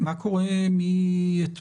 הכוונה הייתה גם לחדרי אוכל